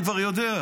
אני כבר יודע,